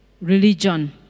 religion